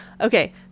Okay